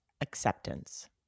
acceptance